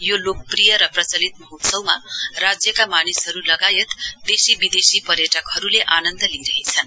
यो लोकप्रिय र प्रचलित महोत्सवमा राज्यका मानिसहरु लगायत देशी विदेशी पर्यटकहरुले आनन्द लिइरहेछन्